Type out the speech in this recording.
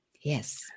Yes